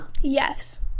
Yes